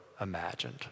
imagined